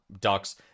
Ducks